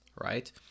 right